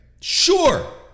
Sure